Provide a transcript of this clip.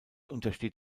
untersteht